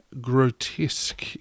grotesque